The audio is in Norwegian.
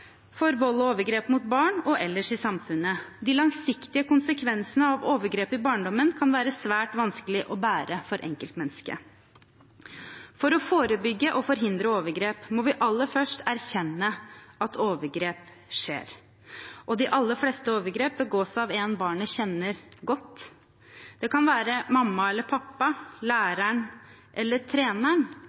for vold og overgrep mot barn og ellers i samfunnet. De langsiktige konsekvensene av overgrep i barndommen kan være svært vanskelig å bære for enkeltmennesket. For å forebygge og forhindre overgrep må vi aller først erkjenne at overgrep skjer. De aller fleste overgrep begås av en som barnet kjenner godt. Det kan være mamma eller pappa, læreren eller treneren.